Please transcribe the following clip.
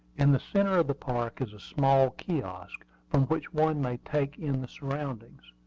in the centre of the park is a small kiosk, from which one may take in the surroundings.